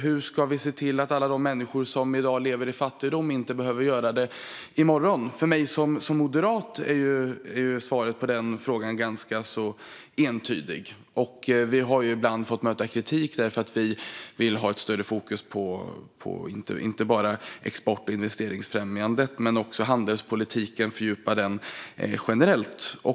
Hur ska vi se till att alla de människor som i dag lever i fattigdom inte behöver göra det i morgon? För mig som moderat är svaret på den frågan ganska entydigt. Vi har ibland fått möta kritik för att vi vill ha större fokus inte bara på export och investeringsfrämjande utan också på att fördjupa handelspolitiken generellt.